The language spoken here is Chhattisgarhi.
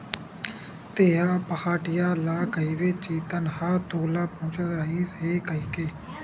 तेंहा पहाटिया ल कहिबे चेतन ह तोला पूछत रहिस हे कहिके